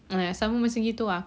ah sama macam gitu ah